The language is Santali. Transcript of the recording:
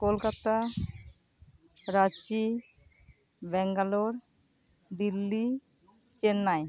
ᱠᱳᱞᱠᱟᱛᱟ ᱨᱟᱪᱤ ᱵᱮᱝᱜᱟᱞᱳᱨ ᱫᱤᱞᱞᱤ ᱪᱮᱱᱱᱟᱭ